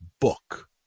book